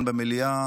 שעברה כאן במליאה,